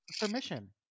permission